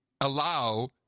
allow